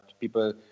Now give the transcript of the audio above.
people